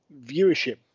viewership